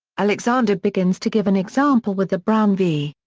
alexander begins to give an example with the brown v.